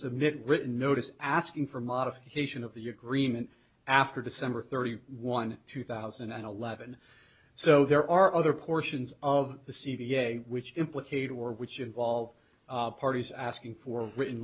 submit written notice asking for modification of the agreement after december thirty one two thousand and eleven so there are other portions of the c v a which implicate or which involve parties asking for written